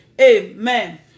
Amen